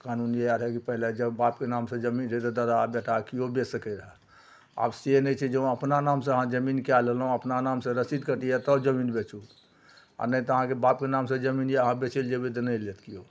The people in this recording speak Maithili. कानून इएह रहै जे पहिले जब बापके नामसे जमीन छै तऽ दादा बेटा केओ बेचि सकैए आब से नहि छै जँ अपना नामसे अहाँ जमीन कै लेलहुँ अपना नामसे रसीद कटैए तब जमीन बेचू आओर नहि तऽ अहाँके बापके नामसे जमीन यऽ अहाँ बेचैलए जएबै तऽ नहि लेत केओ